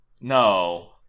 no